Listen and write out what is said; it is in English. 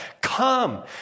come